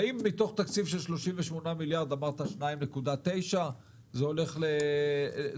אם מתוך תקציב של 38 מיליארד אמרת ש-2.9 הולך לבטיחות,